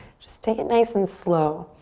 just take it nice and slow.